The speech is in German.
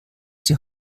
die